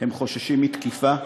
הם חוששים מתקיפה,